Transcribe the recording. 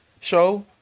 show